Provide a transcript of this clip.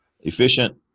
efficient